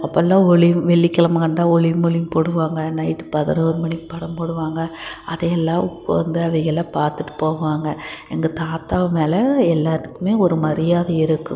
அப்போல்லாம் ஒளி வெள்ளிக்கிலம வந்தா ஒளியும் ஒலியும் போடுவாங்க நைட்டு பதினோரு மணிக்கு படம் போடுவாங்க அதையெல்லாம் உட்காந்து அவைகள்லாம் பார்த்துட்டு போவாங்க எங்கள் தாத்தா மேலே எல்லாத்துக்குமே ஒரு மரியாதை இருக்கும்